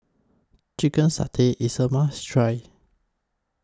Chicken Satay IS A must Try